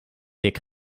dik